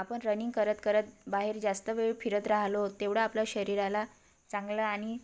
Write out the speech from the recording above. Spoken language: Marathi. आपण रनिंग करत करत बाहेर जास्त वेळ फिरत राहिलो तेवढा आपला शरीराला चांगलं आणि